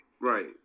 Right